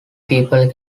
people